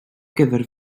gyfer